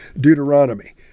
Deuteronomy